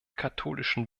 katholischen